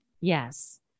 Yes